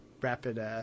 rapid